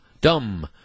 dumb